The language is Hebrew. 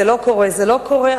זה לא קורה,